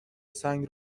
سنگ